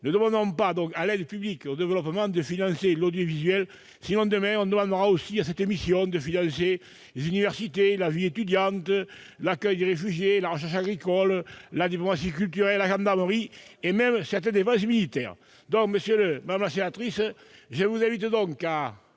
en demandant à l'aide publique au développement de financer l'audiovisuel, sinon, demain, on demandera aussi à cette mission de financer les universités, la vie étudiante, l'accueil des réfugiés, la recherche agricole, la diplomatie culturelle, la gendarmerie et même certaines des bases militaires. Ma chère collègue, je vous invite à